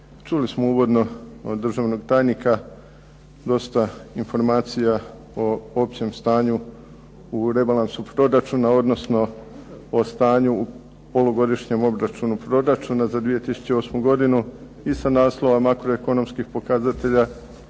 Čuli smo uvodno od državnog tajnika dosta informacija o općem stanju u rebalansu proračuna odnosno o stanju u polugodišnjem obračunu proračuna za 2008. godinu i sa naslova makroekonomskih pokazatelja